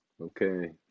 Okay